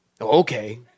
okay